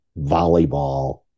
volleyball